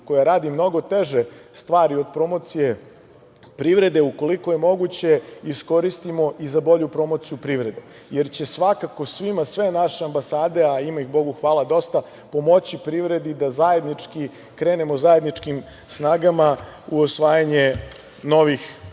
koja radi mnogo teže stvari od promocije privrede, ukoliko je moguće iskoristimo i za bolju promociju privrede, jer će svakako svima sve naše ambasade, a ima ih Bogu hvala dosta, pomoći privredi da zajednički krenemo zajedničkim snagama u osvajanje novih